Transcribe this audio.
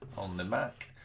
on the mac,